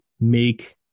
make